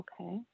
Okay